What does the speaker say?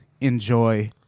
enjoy